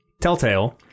Telltale